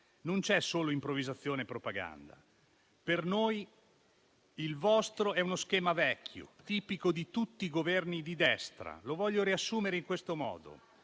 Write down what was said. sono solo improvvisazione e propaganda. Per noi, il vostro è uno schema vecchio, tipico di tutti i Governi di destra, e lo voglio riassumere in questo modo: